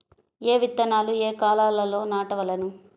ఏ విత్తనాలు ఏ కాలాలలో నాటవలెను?